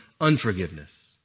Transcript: unforgiveness